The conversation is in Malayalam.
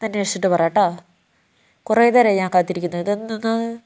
ഒന്ന് അന്വേഷിച്ചിട്ട് പറയാം കേട്ടോ കുറേനേരായി ഞാൻ കാത്തിരിക്കുന്നു ഇതെന്തോന്ന്